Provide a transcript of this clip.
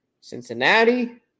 Cincinnati